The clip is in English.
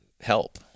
help